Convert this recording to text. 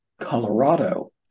colorado